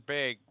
big